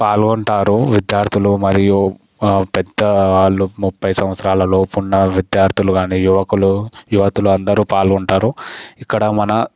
పాల్గొంటారు విద్యార్థులు మరియు పెద్దవాళ్ళు ముప్పై సంవత్సరాలలోపు ఉన్న విద్యార్థులు కానీ యువకులు యువతులు అందరు పాల్గొంటారు ఇక్కడ మన